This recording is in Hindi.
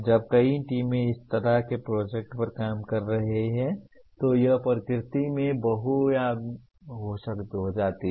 जब कई टीमें इस तरह के प्रोजेक्ट पर काम कर रही हैं तो यह प्रकृति में बहुआयामी हो जाता है